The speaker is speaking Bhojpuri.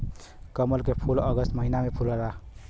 कमल के फूल अगस्त महिना में फुलला